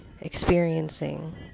experiencing